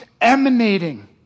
emanating